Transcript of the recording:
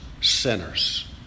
sinners